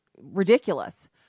ridiculous